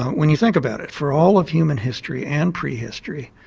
when you think about it, for all of human history and prehistory,